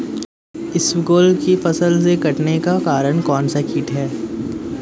इसबगोल की फसल के कटने का कारण कौनसा कीट है?